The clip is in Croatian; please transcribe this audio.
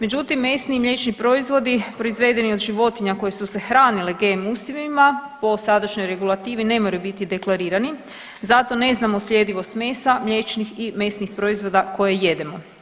Međutim, mesni i mliječni proizvodi proizvedeni od životinja koji su se hranili GM usjevima po sadašnjoj regulativi ne moraju biti deklarirani zato ne znamo sljedivost mesa, mliječnih i mesnih proizvoda koje jedemo.